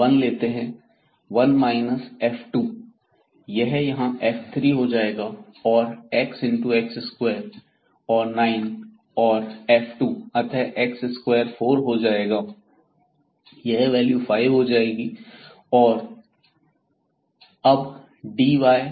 one लेते हैं 1 f यह यहां f हो जाएगा और x x2 और 9 and f अतः x स्क्वेयर 4 हो जाएगा यह वैल्यू 5 हो जाएगी और अब dy